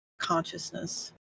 consciousness